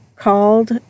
called